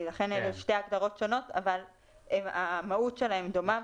ולכן יש שתי הגדרות שונות אבל המהות שלהן דומה,